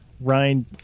ryan